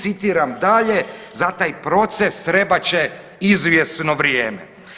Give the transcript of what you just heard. Citiram dalje, za taj proces trebat će izvjesno vrijeme.